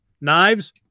knives